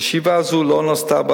חשיבה זו לא נעשתה בעבר,